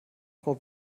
frau